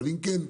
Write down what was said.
אבל אם כן,